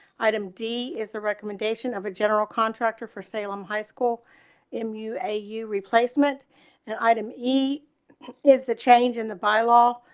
item d is the recommendation of a general contractor for salem high school in you a you replacement and item eat is the change in the bylaw.